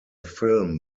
film